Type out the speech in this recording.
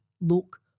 look